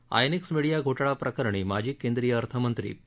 INX media घोटाळा प्रकरणी माजी केंद्रीय अर्थमंत्री पी